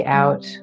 out